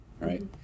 right